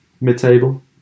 mid-table